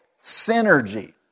synergy